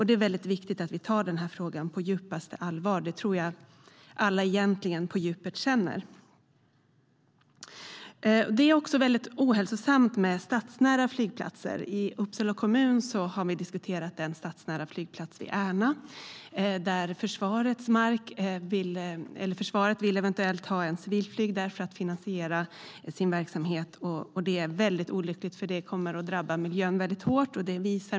Det är därför viktigt att vi tar denna fråga på djupaste allvar, och så tror jag att alla egentligen känner. Det är mycket ohälsosamt med stadsnära flygplatser. I Uppsala kommun har vi diskuterat en stadsnära flygplats vid Ärna, där försvaret eventuellt vill ha civilflyg för att finansiera sin verksamhet. Detta är olyckligt då miljöprövningar visar att det kommer att drabba miljön väldigt hårt.